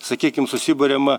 sakykim susiburiama